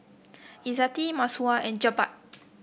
Izzati Masayu and Jebat